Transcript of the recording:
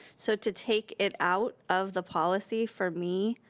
so to take it out of the policy for me.